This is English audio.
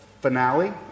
finale